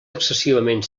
excessivament